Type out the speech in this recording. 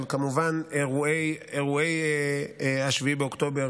אבל כמובן אירועי 7 באוקטובר,